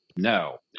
No